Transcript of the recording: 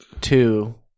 two